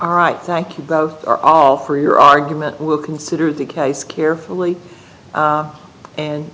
all right thank you both are all for your argument will consider the case carefully